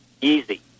easy